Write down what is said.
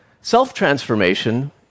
Self-transformation